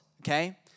okay